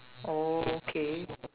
oh okay